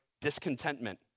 discontentment